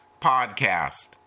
podcast